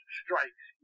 strikes